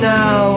now